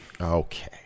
Okay